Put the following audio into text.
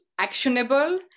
actionable